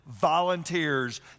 volunteers